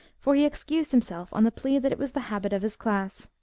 for he excused himself on the plea that it was the habit of his class.